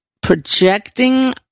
projecting